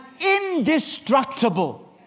indestructible